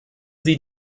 sie